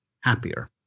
happier